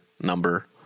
number